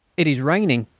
it is raining,